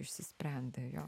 išsisprendė jo